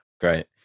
Great